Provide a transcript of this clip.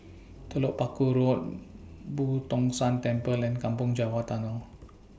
Telok Paku Road Boo Tong San Temple and Kampong Java Tunnel